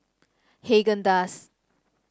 Haagen Dazs